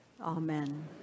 Amen